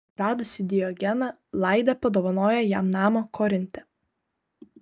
radusi diogeną laidė padovanojo jam namą korinte